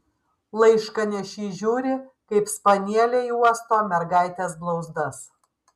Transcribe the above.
laiškanešys žiūri kaip spanieliai uosto mergaitės blauzdas